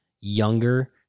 younger